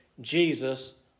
Jesus